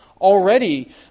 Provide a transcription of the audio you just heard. already